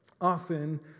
often